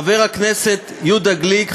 חבר הכנסת יהודה גליק,